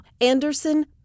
Anderson